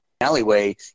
Alleyway